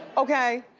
okay?